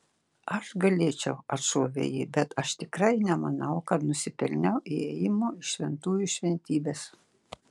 aš galėčiau atšovė ji bet aš tikrai nemanau kad nusipelniau įėjimo į šventųjų šventybes